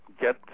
get